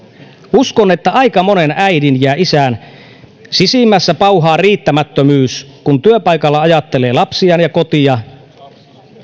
uskon että aika monen äidin ja isän sisimmässä pauhaa riittämättömyys kun työpaikalla ajattelee lapsiaan ja kotia